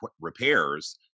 repairs